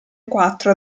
quattro